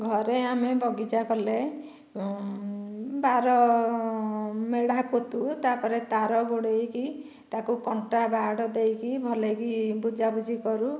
ଘରେ ଆମେ ବଗିଚା କଲେ ବାର ମେଢ଼ା ପୋତୁ ତା'ପରେ ତା'ର ଗୋଡ଼ାଇକି ତାକୁ କଣ୍ଟା ବାଡ଼ ଦେଇକି ଭଲ କି ବୁଜା ବୁଜି କରୁ